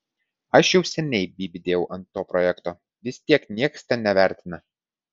aš jau seniai bybį dėjau ant to projekto vis tiek nieks ten nevertina